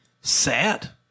Sad